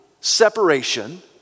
separation